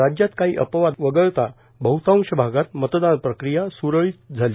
राज्यात काही अपवाद वगळता बहतांश भागात मतदान प्रक्रिया स्रळीत झाले